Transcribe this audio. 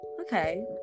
Okay